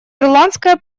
ирландское